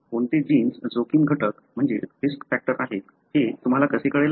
कोणती जीन्स जोखीम घटक आहेत हे तुम्हाला कसे कळेल